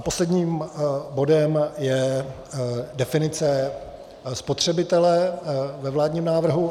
Posledním bodem je definice spotřebitele ve vládním návrhu.